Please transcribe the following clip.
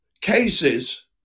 cases